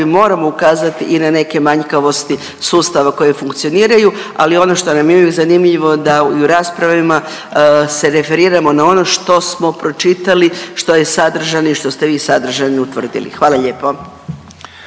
moramo ukazati i na neke manjkavosti sustava koje funkcioniraju, ali ono što nam je uvijek zanimljivo da i u raspravama se referiramo na ono što smo pročitali, što je sadržano i što ste vi sadržajno utvrdili. Hvala lijepo.